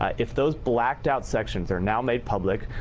if those blacked out sections are now made public,